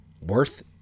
worth